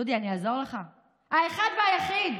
דודי, אני אעזור לך: האחד והיחיד,